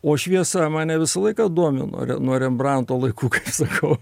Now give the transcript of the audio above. o šviesa mane visą laiką domino nuo rembranto laikų kaip sakau